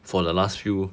for the last few